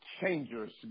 changers